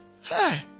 hey